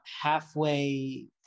halfway